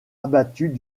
abattus